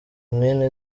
mwene